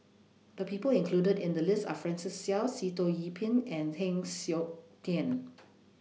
The People included in The list Are Francis Seow Sitoh Yih Pin and Heng Siok Tian